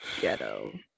ghetto